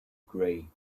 gray